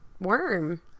Worm